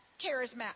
charismatic